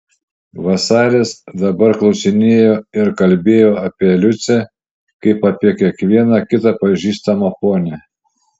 vasaris dabar klausinėjo ir kalbėjo apie liucę kaip apie kiekvieną kitą pažįstamą ponią